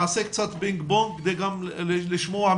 נעשה קצת 'פינג פונג' כדי לשמוע גם